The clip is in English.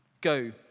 Go